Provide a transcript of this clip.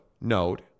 note